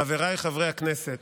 חבריי חברי הכנסת,